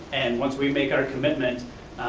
and once we make our commitment,